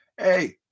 hey